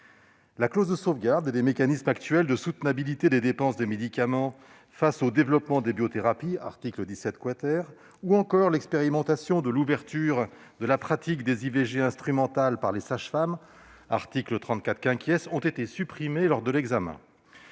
La clause de sauvegarde et les mécanismes actuels de soutenabilité des dépenses de médicaments face au développement des biothérapies, à l'article 17, ou encore l'expérimentation de l'ouverture de la pratique des IVG instrumentales par les sages-femmes, à l'article 34 ont ainsi été supprimés lors de l'examen.